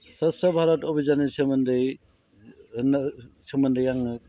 स्वच्च भारत अभिजाननि सोमोन्दै होननो सोमोन्दै आङो